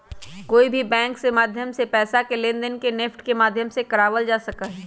कोई भी बैंक के माध्यम से पैसा के लेनदेन के नेफ्ट के माध्यम से करावल जा सका हई